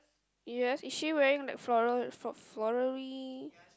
yes is she wearing like floral flor~ floraly